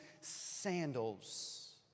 sandals